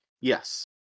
yes